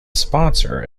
sponsor